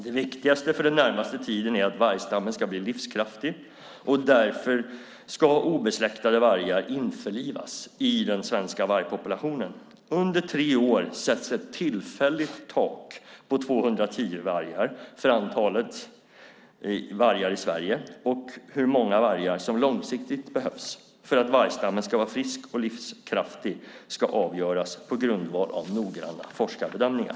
Det viktigaste för den närmaste tiden är att vargstammen ska bli livskraftig, och därför ska obesläktade vargar införlivas i den svenska vargpopulationen. Under tre år sätts ett tillfälligt tak på 210 vargar för antalet vargar i Sverige. Hur många vargar som långsiktigt behövs för att vargstammen ska vara frisk och livskraftig ska avgöras på grundval av noggranna forskarbedömningar.